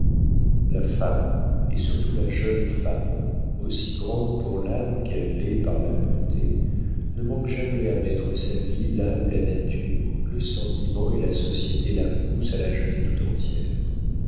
la femme et surtout la jeune femme aussi grande par l'âme qu'elle l'est par la beauté ne manque jamais à mettre sa vie là où la nature le sentiment et la société la poussent à la jeter tout entière